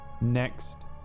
next